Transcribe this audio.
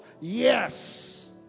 Yes